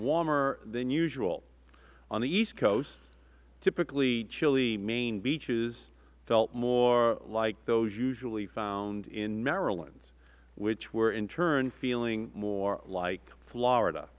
warmer than usual on the east coast typically chilly maine beaches felt more like those usually found in maryland which were in turn feeling more like florida